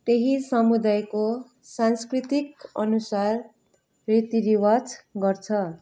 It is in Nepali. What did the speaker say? त्यही समुदयको सांस्कृतिकअनुसार रीतिरिवाज गर्छ